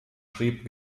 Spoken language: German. schrieb